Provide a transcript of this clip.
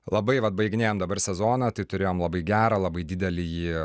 labai vat baiginėjant dabar sezoną tai turėjom labai gerą labai didelį jį